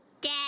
Dad